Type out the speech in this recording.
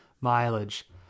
mileage